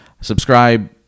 subscribe